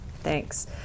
thanks